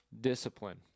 discipline